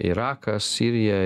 irakas sirija